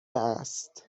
است